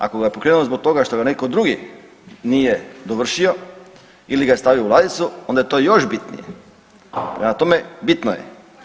Ako ga je pokrenuo zbog toga što ga neko drugi nije dovršio ili ga je stavio u ladicu onda je to još bitnije, prema tome bitno je.